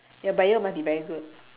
your bio must be very good